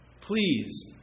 Please